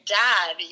dad